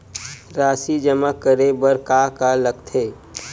राशि जमा करे बर का का लगथे?